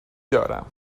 دارم